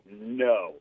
no